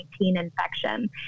infection